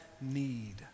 need